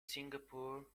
singapore